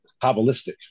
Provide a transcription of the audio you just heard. Kabbalistic